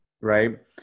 Right